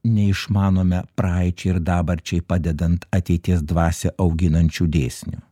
neišmanome praeičiai ir dabarčiai padedant ateities dvasią auginančiu dėsniu